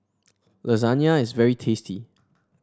lasagna is very tasty